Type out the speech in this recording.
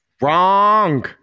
Wrong